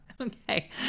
okay